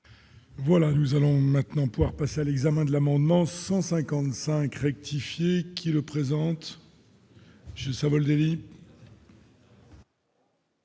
Voilà, nous allons maintenant pouvoir passer à l'examen de l'amendement 155 rectifier qui le présente.